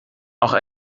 auch